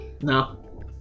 No